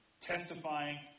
testifying